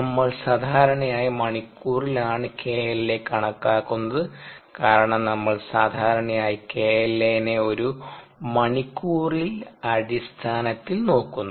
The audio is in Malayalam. നമ്മൾ സാധാരണയായി മണിക്കൂറിൽ ആണ് KLa കണക്കാക്കുന്നത് കാരണം നമ്മൾ സാധാരണയായി KLa നെ ഒരു മണിക്കൂറിൽ അടിസ്ഥാനത്തിൽ നോക്കുന്നു